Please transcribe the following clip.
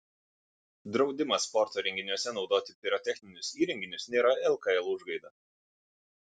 draudimas sporto renginiuose naudoti pirotechninius įrenginius nėra lkl užgaida